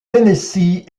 tennessee